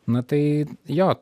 nu tai jo